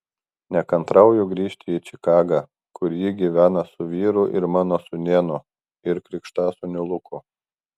nekantrauju grįžti į čikagą kur ji gyvena su vyru ir mano sūnėnu ir krikštasūniu luku